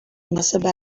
واسه